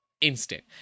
instant